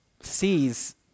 sees